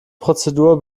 prozedur